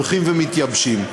הולכים ומתייבשים.